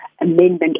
Amendment